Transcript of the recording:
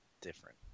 different